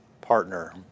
partner